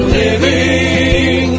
living